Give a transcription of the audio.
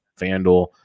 Fanduel